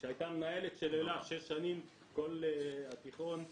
שהייתה מנהלת של אלה שש שנים במהלך התיכון,